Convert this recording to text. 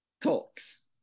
thoughts